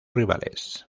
rivales